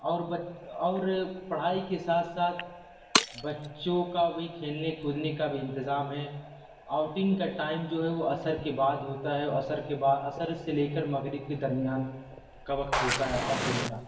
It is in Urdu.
اور بچ اور پڑھائی کے ساتھ ساتھ بچوں کا بھی کھیلنے کودنے کا بھی انتظام ہے آؤٹنگ کا ٹائم جو ہے وہ عصر کے بعد ہوتا ہے عصر کے با عصر سے لے کر مغرب کے درمیان کا وقت ہوتا ہے آؤٹنگ کا